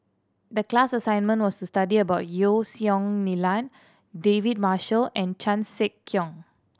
the class assignment was to study about Yeo Song Nian David Marshall and Chan Sek Keong